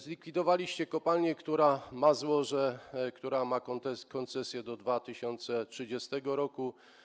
Zlikwidowaliście kopalnię, która ma złoże, która ma koncesję do 2030 r.